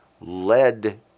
led